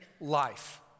life